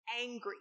angry